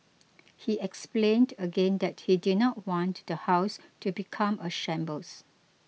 he explained again that he did not want the house to become a shambles